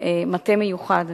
מטה מיוחד.